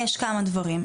יש כמה דברים,